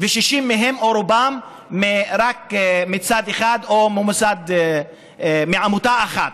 ו-60 מהן או רובן היו רק מצד אחד או מעמותה אחת.